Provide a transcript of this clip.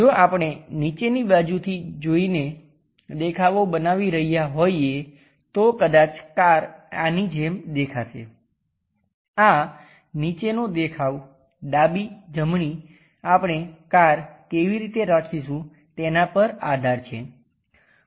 જો આપણે નીચેની બાજુથી જોઈને દેખાવો બનાવી રહ્યા હોઈએ તો કદાચ કાર આની જેમ દેખાશે આ નીચેનો દેખાવ ડાબી જમણી આપણે કાર કેવી રીતે રાખીશું તેના પર આધાર છે